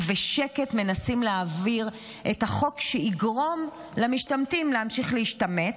ובשקט מנסים להעביר את החוק שיגרום למשתמטים להמשיך להשתמט,